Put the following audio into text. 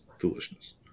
foolishness